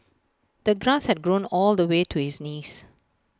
the grass had grown all the way to his knees